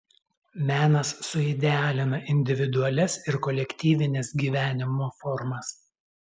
menas suidealina individualias ir kolektyvines gyvenimo formas